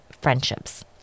friendships